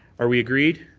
are we agreed?